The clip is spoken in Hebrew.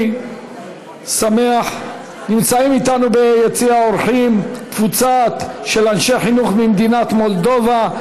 נמצאת איתנו ביציע האורחים קבוצה של אנשי חינוך ממדינת מולדובה,